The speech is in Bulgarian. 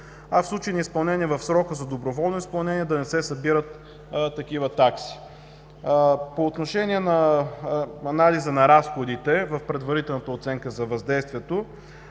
а в случай неизпълнение в срока за доброволно изпълнение, да не се събират такива такси. По отношение на анализа на разходите в предварителната оценка за въздействието,